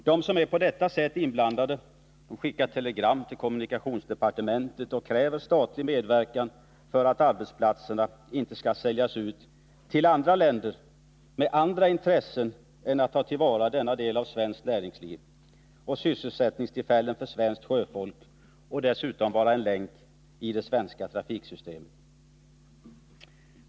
De som är på detta sätt inblandade skickar telegram till kommunikationsdepartementet och kräver statlig medverkan för att arbetsplatserna inte skall säljas ut till andra länder med andra intressen än att ta till vara denna del av svenskt näringsliv, som ger sysselsättningstillfällen för svenskt sjöfolk och dessutom är en länk i det svenska trafiksystemet.